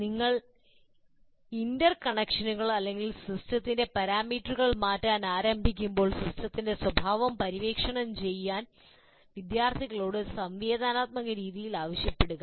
നിങ്ങൾ ഇന്റർകണക്ഷനുകൾ അല്ലെങ്കിൽ സിസ്റ്റത്തിന്റെ പാരാമീറ്ററുകൾ മാറ്റാൻ ആരംഭിക്കുമ്പോൾ സിസ്റ്റത്തിന്റെ സ്വഭാവം പര്യവേക്ഷണം ചെയ്യാൻ വിദ്യാർത്ഥികളോട് ഒരു സംവേദനാത്മക രീതിയിൽ ആവശ്യപ്പെടുക